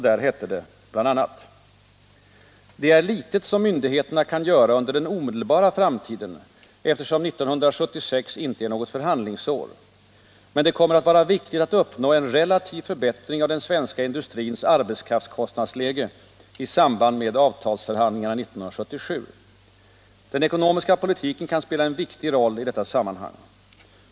Där hette det bl.a.: ”Det är litet som myndigheterna kan göra under den omedelbara framtiden eftersom 1976 inte är något förhandlingsår, men det kommer att vara viktigt att uppnå en relativ förbättring av den svenska industrins arbetskraftskostnadsläge i samband med avtalsförhandlingarna 1977. Den ekonomiska politiken kan spela en viktig roll i detta sammanhang.